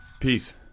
peace